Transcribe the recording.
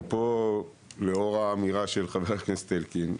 ופה לאור האמירה של חבר הכנסת זאב אלקין,